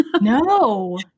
No